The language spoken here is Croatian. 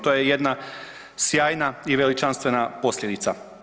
To je jedna sjajna i veličanstvena posljedica.